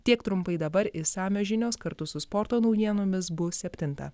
tiek trumpai dabar išsamios žinios kartu su sporto naujienomis bus septintą